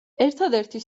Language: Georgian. ერთადერთი